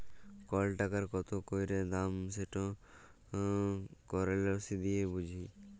call টাকার কত ক্যইরে দাম সেট কারেলসি দিঁয়ে বুঝি